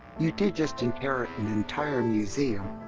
you did just inherit an entire museum.